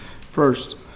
first